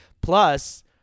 Plus